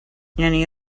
annie